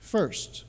First